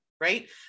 right